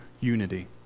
unity